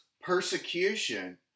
persecution